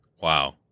wow